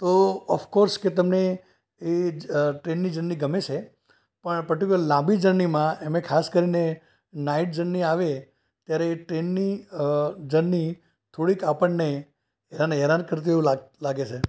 તો અફકોર્સ કે તમને એ જ ટ્રેનની જર્ની ગમે છે પણ પર્ટિક્યુલર લાંબી જર્નીમાં એમાં ખાસ કરીને નાઈટ જર્ની આવે ત્યારે ટ્રેનની જર્ની અ થોડીક આપણને બધાને હેરાન કરતી હોય એવું લાગ લાગે છે